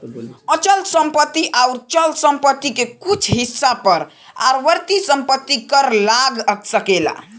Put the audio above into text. अचल संपत्ति अउर चल संपत्ति के कुछ हिस्सा पर आवर्ती संपत्ति कर लाग सकेला